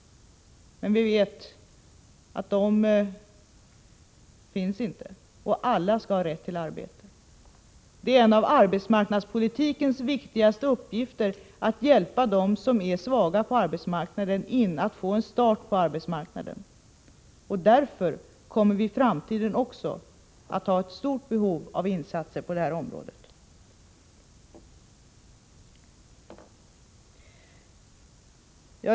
Men vi vet att de inte finns — och alla skall ha rätt till arbete. En av arbetsmarknadspolitikens viktigaste uppgifter är att hjälpa dem som är svaga på arbetsmarknaden med att få en start på arbetsmarknaden. Därför kommer vi även i framtiden att ha ett stort behov av insatser på detta område.